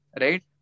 right